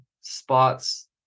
spots